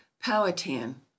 powhatan